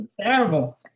terrible